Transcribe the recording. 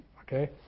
Okay